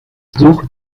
suche